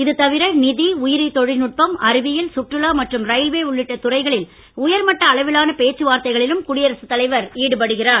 இதுதவிர நிதி உயிரி தொழில்நுட்பம் அறிவியல் சுற்றுலா மற்றும் ரயில்வே உள்ளிட்ட துறைகளில் உயர்மட்ட அளவிலான பேச்சுவார்த்தைகளிலும் குடியரசுத் தலைவர் ஈடுபடுகிறார்